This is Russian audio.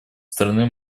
стороны